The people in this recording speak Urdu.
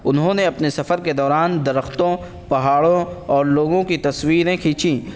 انہوں نے اپنے سفر کے دوران درختوں پہاڑوں اور لوگوں کی تصویریں کھینچیں